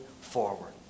forward